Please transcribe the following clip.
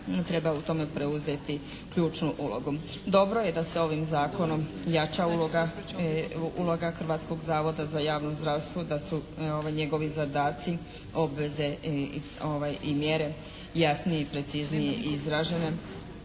treba u tome preuzeti ključnu ulogu. Dobro je da se ovim Zakonom jača uloga Hrvatskog zavoda za javno zdravstvo, da su njegovi zadaci obveze i mjere jasnije i preciznije izražene